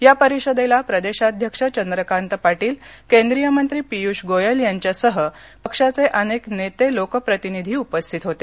या परिषदेला प्रदेशाध्यक्ष चंद्रकांत पाटील केंद्रीय मंत्री पियूष गोयल यांच्यासह पक्षाचे अनेक नेते लोकप्रतिनिधी उपस्थित होते